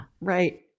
Right